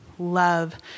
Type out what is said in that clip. love